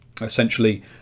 essentially